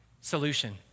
Solution